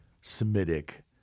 Semitic